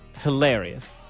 hilarious